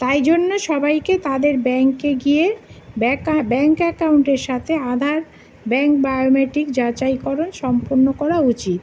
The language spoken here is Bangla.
তাই জন্য সবাইকে তাদের ব্যাঙ্কে গিয়ে ব্যাঙ্ক অ্যাকাউন্টের সাথে আধার ব্যাঙ্ক বায়োমেট্রিক যাচাইকরণ সম্পূর্ণ করা উচিত